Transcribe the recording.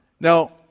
Now